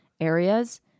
areas